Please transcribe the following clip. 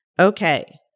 Okay